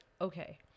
okay